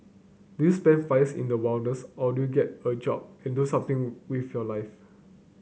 do you spend five years in the wilderness or do get a job and do something with your life